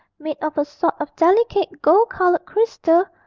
made of a sort of delicate gold-coloured crystal,